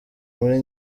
muri